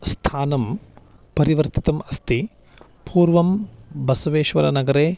स्थानं परिवर्तितम् अस्ति पूर्वं बसवेश्वरनगरे